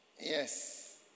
Yes